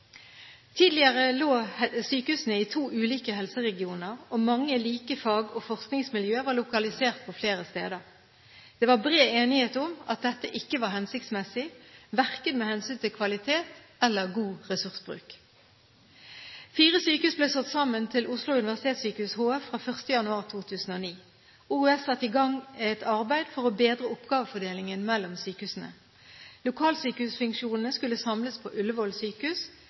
Tidligere lå sykehusene i to ulike helseregioner, og mange like fag- og forskningsmiljø var lokalisert på flere steder. Det var bred enighet om at dette ikke var hensiktsmessig, verken med hensyn til kvalitet eller god ressursbruk. Fire sykehus ble slått sammen til Oslo universitetssykehus HF fra 1. januar 2009. OUS satte i gang et arbeid for å bedre oppgavefordelingen mellom sykehusene. Lokalsykehusfunksjonene skulle samles på